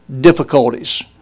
difficulties